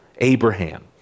Abraham